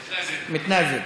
מתנאזל,